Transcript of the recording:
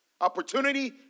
Opportunity